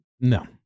No